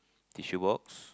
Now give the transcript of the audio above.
tissue box